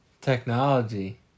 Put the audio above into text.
Technology